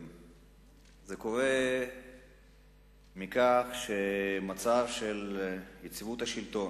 זה קורה מכיוון שהמצב של יציבות השלטון,